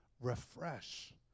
Refresh